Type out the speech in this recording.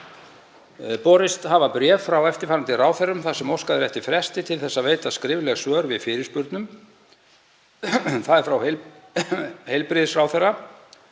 Borist hafa bréf frá eftirfarandi ráðherrum þar sem óskað er eftir fresti til þess að veita skrifleg svör við fyrirspurnum: Frá heilbrigðisráðherra